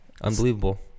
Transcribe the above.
unbelievable